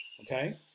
okay